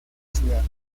ciudad